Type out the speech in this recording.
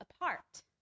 apart